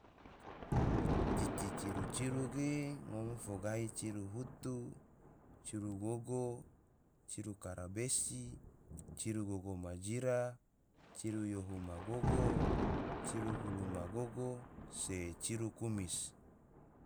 Cici ciru-ciru ge, ngom fo gahi ciru hutu, ciru gogo, ciru karabesi, ciru gogo ma jira, ciru yohu ma gogo, ciru gulu ma gogo, se ciru kumis